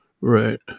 Right